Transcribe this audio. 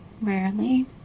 rarely